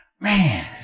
Man